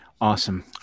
Awesome